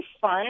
fun